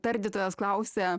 tardytojas klausia